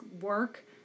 work